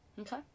Okay